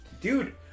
Dude